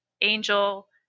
angel